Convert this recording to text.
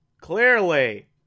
Clearly